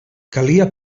calia